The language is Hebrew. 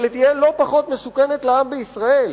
אבל היא תהיה לא פחות מסוכנת לעם בישראל.